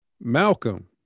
Malcolm